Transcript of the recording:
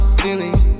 feelings